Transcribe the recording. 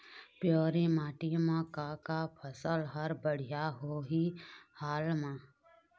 पिवरी माटी म का का फसल हर बढ़िया होही हाल मा?